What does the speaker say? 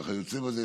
וכיוצא בהן,